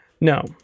no